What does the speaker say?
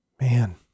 Man